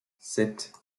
sept